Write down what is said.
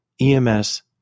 EMS